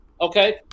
Okay